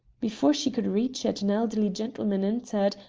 before she could reach it an elderly gentleman entered,